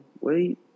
wait